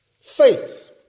Faith